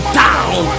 down